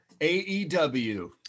AEW